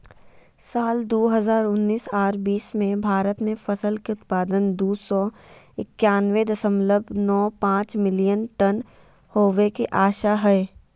साल दू हजार उन्नीस आर बीस मे भारत मे फसल के उत्पादन दू सौ एकयानबे दशमलव नौ पांच मिलियन टन होवे के आशा हय